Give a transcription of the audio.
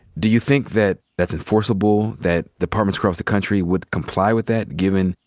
do you think that that's enforceable, that departments across the country would comply with that given,